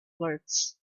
words